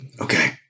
Okay